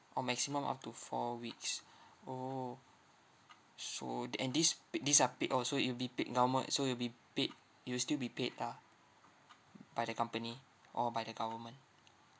orh maximum up two four weeks orh so then this pa~ these are pa~ orh so it'll be pa~ normal so it'll be paid it will still be paid lah by the company or by the government